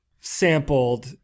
sampled